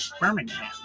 Birmingham